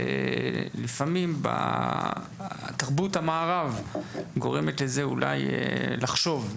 לפעמים בתרבות המערב גורמת לזה לחשוב,